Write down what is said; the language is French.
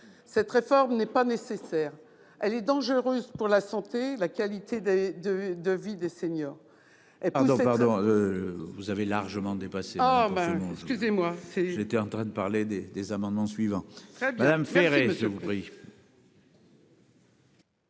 cette réforme n'est pas nécessaire, mais elle est dangereuse pour la santé et la qualité de vie des seniors